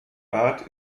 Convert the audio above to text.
art